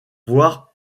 voir